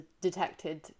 detected